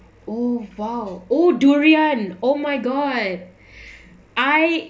oh !wow! oh durian oh my god I